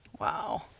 Wow